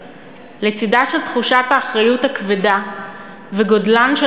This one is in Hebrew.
לצדה של תחושת האחריות הכבדה וגודלן של